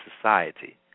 society